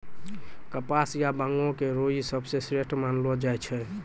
कपास या बांगो के रूई सबसं श्रेष्ठ मानलो जाय छै